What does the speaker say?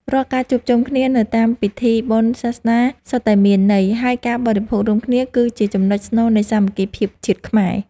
រាល់ការជួបជុំគ្នានៅតាមពិធីបុណ្យសាសនាសុទ្ធតែមានន័យ ហើយការបរិភោគរួមគ្នា គឺជាចំណុចស្នូលនៃសាមគ្គីភាពជាតិខ្មែរ។